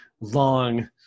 long